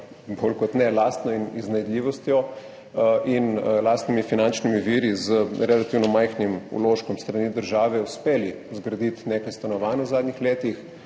bolj kot ne lastno iznajdljivostjo in lastnimi finančnimi viri, z relativno majhnim vložkom s strani države so uspeli zgraditi nekaj stanovanj v zadnjih letih